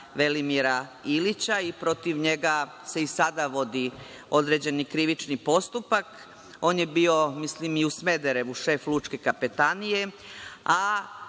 Velimira Ilića i protiv njega se i sada vodi određeni krivični postupak. On je bio mislim i u Smederevu šef Lučke kapetanije,